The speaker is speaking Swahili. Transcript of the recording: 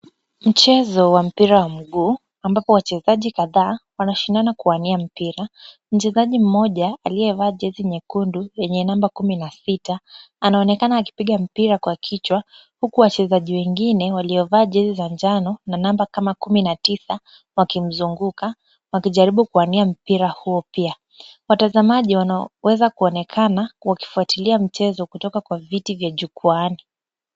Mchezo wa mpira wa miguu ambapo wachezaji kadhaa wanashindana kuwania mpira, mchezaji mmoja aliyevaa jezi nyekundu yenye namba kumi na sita anaonekana akipiga mpira kwa kichwa huku wachezaji wengine waliovaa jezi za njano na namba kama kumi na tisa wakimzunguka wakijaribu kuwania mpira huu pia. Watazamaji wanaweza kuonekana wakifuatilia mchezo kutoka kwa viti vya jukwaani.